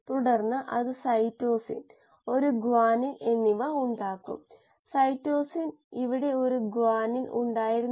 ഈ മൂന്ന് സന്ദർഭങ്ങളിൽ v ms ഉം k ms ഉം മാറുന്നു